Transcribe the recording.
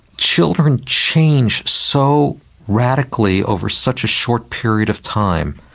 children change so radically over such a short period of time.